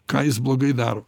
ką jis blogai daro